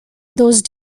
those